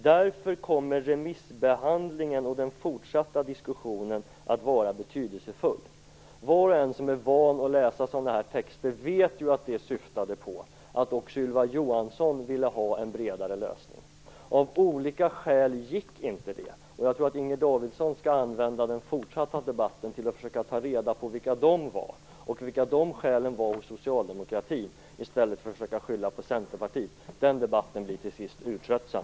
Därför kommer remissbehandlingen och den fortsatta diskussionen att vara betydelsefull." Var och en som är van att läsa sådana här texter vet att det syftade på att också Ylva Johansson ville ha en bredare lösning. Av olika skäl gick inte det. Jag tycker att Inger Davidson skall använda den fortsatta debatten till att försöka ta reda på vilka dessa skäl var hos socialdemokratin i stället för att försöka skylla på Centerpartiet. Den debatten blir till sist urtröttsam.